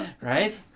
right